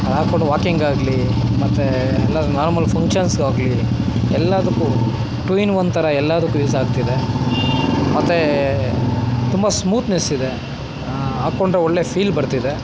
ಹಾಕೊಂಡು ವಾಕಿಂಗ್ ಆಗಲಿ ಮತ್ತು ಎಲ್ಲ ನಾರ್ಮಲ್ ಫಂಕ್ಷನ್ಸ್ಗಾಗಲಿ ಎಲ್ಲದಕ್ಕೂ ಟು ಇನ್ ಒನ್ ಥರ ಎಲ್ಲದಕ್ಕೂ ಯೂಸ್ ಆಗ್ತಿದೆ ಮತ್ತು ತುಂಬ ಸ್ಮೂತ್ನೆಸ್ ಇದೆ ಹಾಕ್ಕೊಂಡ್ರೆ ಒಳ್ಳೆ ಫೀಲ್ ಬರ್ತಿದೆ